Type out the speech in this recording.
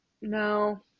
No